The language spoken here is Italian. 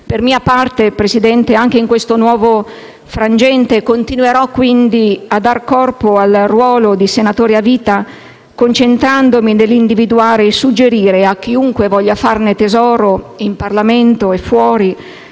Per mia parte, Presidente, anche in questo nuovo frangente continuerò a dar corpo al ruolo di senatore a vita concentrandomi nell'individuare e suggerire a chiunque voglia farne tesoro, in Parlamento e fuori,